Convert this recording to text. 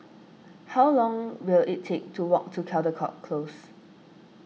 how long will it take to walk to Caldecott Close